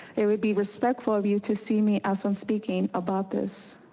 it would be respectful of you to see me as i'm speaking about this,